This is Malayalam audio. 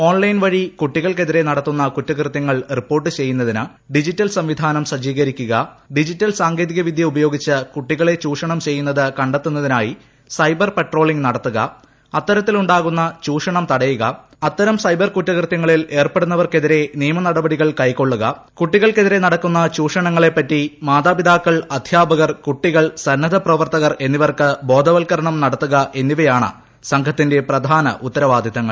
ഓൺലൈൻ വഴി കുട്ടികൾക്കെതിരെ നടത്തുന്ന കുറ്റകൃത്യങ്ങൾ റിപ്പോർട്ട് ചെയ്യുന്നതിന് ഡിജിറ്റൽ സംവിധാനം സജ്ജീകരിക്കുക ഡിജിറ്റൽ സാങ്കേതിക വിദ്യ ഉപയോഗിച്ച് കുട്ടികളെ ചൂഷണം ചെയ്യുന്നത് കണ്ടെത്തുന്നതിനായി സൈബർ പട്രോളിംഗ് നടത്തുക അത്തരത്തിലുണ്ടാകുന്ന ചൂഷണം തടയുക അത്തരം സൈബർ കുറ്റകൃത്യത്തിൽ ഏർപ്പെടുന്നവർക്കെതിരെ നിയമനടപടികൾ കൈക്കൊളളുക കുട്ടികൾക്കെതിരെ നടക്കുന്ന ചൂഷണങ്ങളെ പറ്റി മാതാപിതാക്കൾ അധ്യാപകർ കുട്ടികൾ സന്നദ്ധപ്രവർത്തകർ എന്നിവർക്ക് ബോധവൽക്കരണം നടത്തുകയും ചെയ്യുക എന്നിവയാണ് സംഘത്തിൻറെ പ്രധാന ഉത്തരവാദിത്തങ്ങൾ